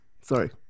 sorry